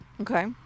Okay